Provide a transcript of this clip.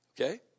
Okay